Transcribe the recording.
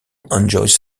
enjoys